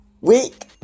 week